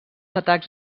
atacs